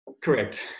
Correct